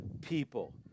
people